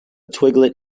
twiglet